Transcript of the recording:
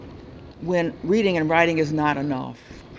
when reading and writing is not enough,